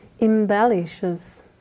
embellishes